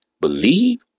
believe